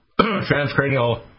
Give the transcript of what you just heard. transcranial